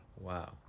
Wow